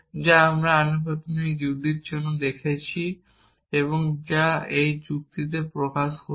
যা আমরা আনুপাতিক যুক্তির জন্য দেখেছি এবং যুক্তিতে প্রয়োগ করব